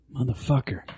motherfucker